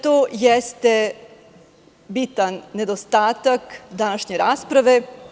To jeste bitan nedostatak današnje rasprave.